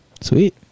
Sweet